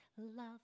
Love